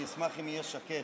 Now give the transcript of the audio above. אני אשמח אם יהיה שקט,